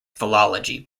philology